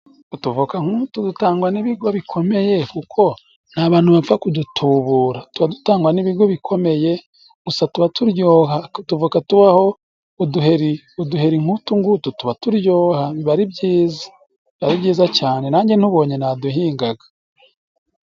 Utuvoka nk'utu dutangwa n'ibigo bikomeye kuko nta bantu bapfa kudutubura ,tuba dutangwa n'ibigo bikomeye gusa tuba turyoha ariko utuvoka tubaho uduheri uduheri nk'utu ngutu tuba turyoha, biba ari byiza biba ari byiza cyane nanjye ntubonye naduhingaga.